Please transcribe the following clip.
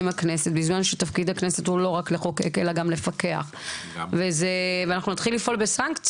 עם קודמיי, ואני רוצה להתחיל בתודה לשיר.